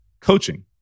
Coaching